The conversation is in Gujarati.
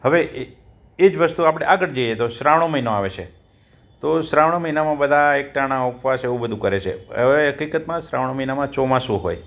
હવે એજ વસ્તુ આપણે આગળ જઈએ તો શ્રાવણ મહિનો આવે છે તો શ્રાવણ મહિનામાં બધાં એકટાણા ઉપવાસ એવું બધું કરે છે હવે હકીકતમાં શ્રાવણ મહિનામાં ચોમાસું હોય